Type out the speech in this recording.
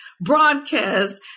broadcast